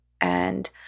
and-